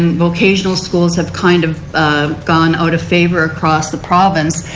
and vocational schools have kind of gone out of favor across the province.